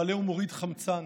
מעלה ומוריד חמצן,